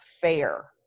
fair